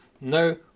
no